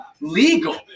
legal